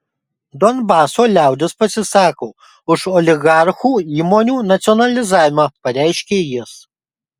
donbaso liaudis pasisako už oligarchų įmonių nacionalizavimą pareiškė jis